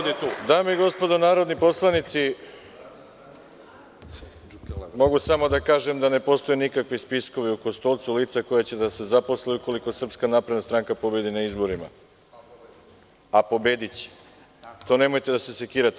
Dame i gospodo narodni poslanici, mogu samo da kažem da ne postoje nikakvi spiskovi u Kostolcu lica koja će da se zaposle ukoliko SNS pobedi na izborima, a pobediće, to nemojte da se sekirate.